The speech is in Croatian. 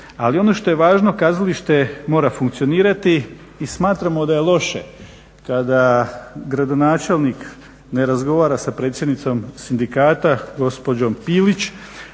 Ali ono što je važno kazalište mora funkcionirati i smatramo da je loše kada gradonačelnik ne razgovara sa predsjednicom sindikata gospođom Pilić.